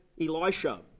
Elisha